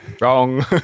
Wrong